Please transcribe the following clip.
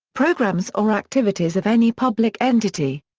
programs or activities of any public entity.